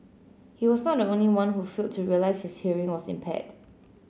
he was not the only one who feel to realise his hearing was impaired